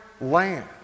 land